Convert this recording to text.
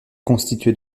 constituée